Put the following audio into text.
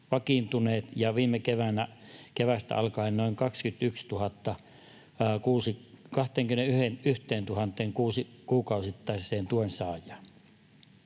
viime keväästä alkaen noin 21 000:een kuukausittaiseen tuensaajaan.